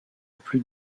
plus